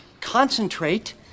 concentrate